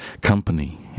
company